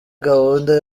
gahunda